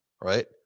right